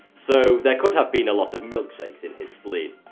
so there could have been a lot of milkshakes in his spleen,